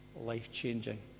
life-changing